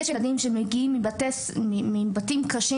יש ילדים שמגיעים מבתים קשים,